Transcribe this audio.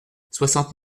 soixante